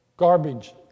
garbage